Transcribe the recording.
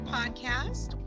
Podcast